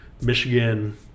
Michigan